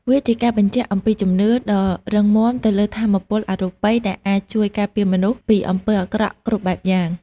វាជាការបញ្ជាក់អំពីជំនឿដ៏រឹងមាំទៅលើថាមពលអរូបីដែលអាចជួយការពារមនុស្សពីអំពើអាក្រក់គ្រប់បែបយ៉ាង។